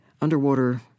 underwater